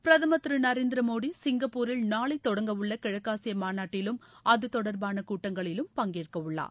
பிரதமர் திரு நரேந்திர மோடி சிங்கப்பூரில் நாளை தொடங்கவுள்ள கிழக்காசிய மாநாட்டிலும் அது தொடர்பான கூட்டங்களிலும் பங்கேற்க உள்ளார்